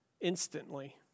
instantly